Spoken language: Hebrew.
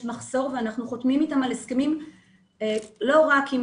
ואנחנו חותמים איתם על הסכמים לא רק עם